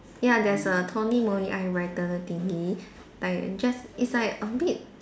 ya there's a Tony Moly eye brightener thingy like just it's like a bit